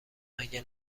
مگه